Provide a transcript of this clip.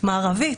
מדינה מערבית,